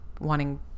wanting